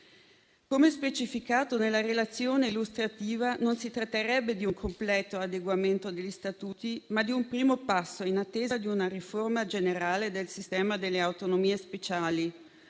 Come specificato nella relazione illustrativa, si tratterebbe non di un completo adeguamento degli Statuti, ma di un primo passo in attesa di una riforma generale del sistema delle autonomie speciali.